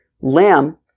lamb